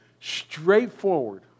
straightforward